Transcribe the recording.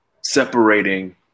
separating